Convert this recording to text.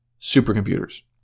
supercomputers